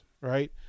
Right